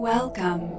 Welcome